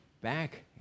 back